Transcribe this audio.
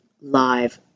live